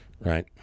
Right